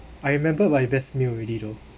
I remembered my best meal already though